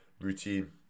routine